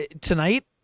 tonight